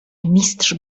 mistrz